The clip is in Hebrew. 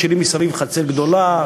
משאירים מסביב חצר גדולה,